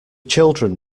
children